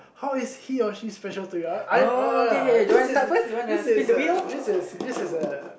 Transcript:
how is he or she special to you uh I uh this is this is the this is this is the